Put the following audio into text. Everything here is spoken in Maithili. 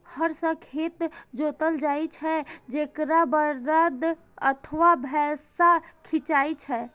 हर सं खेत जोतल जाइ छै, जेकरा बरद अथवा भैंसा खींचै छै